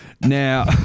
Now